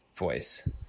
voice